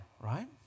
right